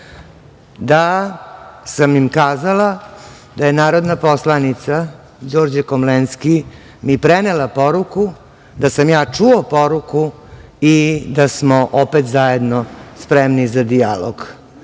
da sam im kazala da je narodna poslanica Đorđe Komlenski mi prenela poruku da sam ja čuo poruku i da smo opet zajedno spremni za dijalog. Taj